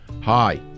Hi